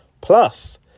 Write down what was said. Plus